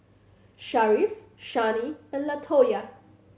Sharif Shani and Latoya